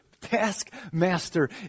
taskmaster